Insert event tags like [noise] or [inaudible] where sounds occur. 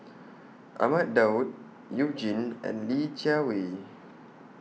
[noise] Ahmad Daud YOU Jin and Li Jiawei